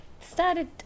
started